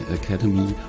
academy